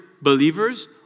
believers